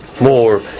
more